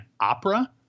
opera